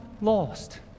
lost